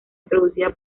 introducida